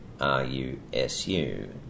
R-U-S-U